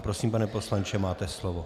Prosím, pane poslanče, máte slovo.